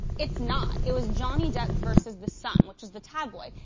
it's not, it was johnny depp versus the sun, which is the tabloid.